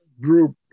group